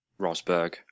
Rosberg